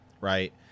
right